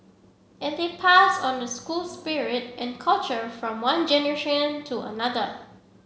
and they pass on the school spirit and culture from one generation to another